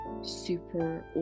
super